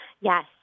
Yes